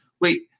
Wait